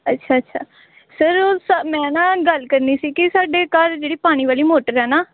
ਅੱਛਾ ਅੱਛਾ ਸਰ ਉਹ ਸ ਮੈਂ ਨਾ ਗੱਲ ਕਰਨੀ ਸੀ ਕਿ ਸਾਡੇ ਘਰ ਜਿਹੜੀ ਪਾਣੀ ਵਾਲੀ ਮੋਟਰ ਹੈ ਨਾ